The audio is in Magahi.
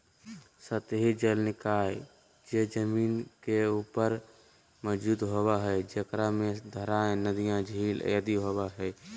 सतही जल निकाय जे जमीन के ऊपर मौजूद होबो हइ, जेकरा में धाराएँ, नदियाँ, झील आदि होबो हइ